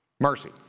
mercy